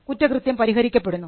കുറ്റകൃത്യം പരിഹരിക്കപ്പെടുന്നു